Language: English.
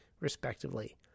respectively